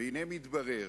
והנה מתברר